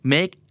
Make